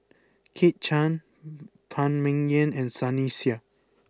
Kit Chan Phan Ming Yen and Sunny Sia